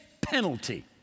penalty